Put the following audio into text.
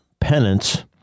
Penance